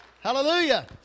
hallelujah